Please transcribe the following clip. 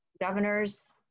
governors